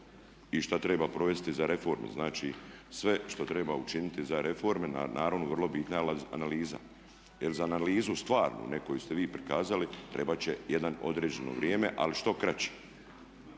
i što treba provesti za reforme. Znači sve što treba učiniti za reforme, naravno vrlo je bitna analiza. Jer za analizu stvarnu neku a ne koju ste vi prikazali trebat će neko određeno vrijeme ali što kraće.